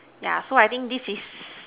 yeah so I think this is